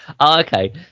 okay